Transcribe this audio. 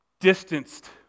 distanced